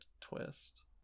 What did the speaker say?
Twist